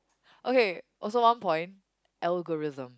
okay also one point algorithm